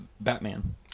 Batman